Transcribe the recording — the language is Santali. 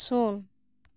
ᱥᱩᱱ